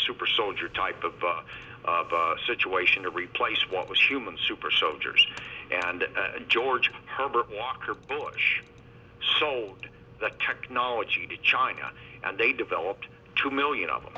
super soldier type of situation to replace what was human super soldiers and george herbert walker bush sold the technology to china and they developed two million of them